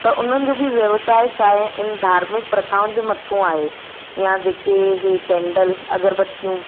त उन्हनि जो बि व्यवसाय छा आहे धार्मिक प्रथाउनि जे मथां आहे या जेके इहे केंडल अगरबत्तियूं